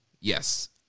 Yes